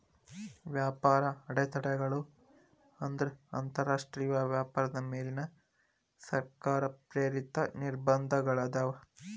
ವ್ಯಾಪಾರ ಅಡೆತಡೆಗಳು ಅಂದ್ರ ಅಂತರಾಷ್ಟ್ರೇಯ ವ್ಯಾಪಾರದ ಮೇಲಿನ ಸರ್ಕಾರ ಪ್ರೇರಿತ ನಿರ್ಬಂಧಗಳಾಗ್ಯಾವ